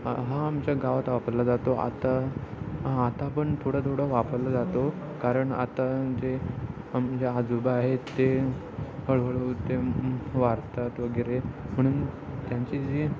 हा हा आमच्या गावात वापरला जातो आता हा आता पण थोडा थोडा वापरला जातो कारण आता जे आमच्या आजोबा आहेत ते हळूहळू ते वारतात वगैरे म्हणून त्यांची जी